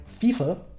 FIFA